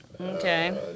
Okay